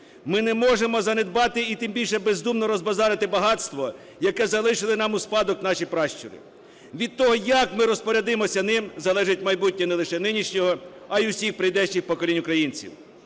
Ми не можемо занедбати, і тим більше бездумно розбазарювати багатство, яке залишили нам у спадок наші пращури. Від того, як ми розпорядимося ним, залежить майбутнє не лише нинішнього, а й усіх прийдешніх поколінь українців.